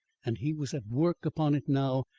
and he was at work upon it now,